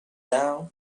dawn